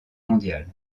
mondiale